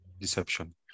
Deception